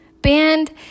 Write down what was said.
band